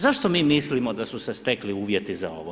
Zašto mi mislimo da su se stekli uvjeti za ovo?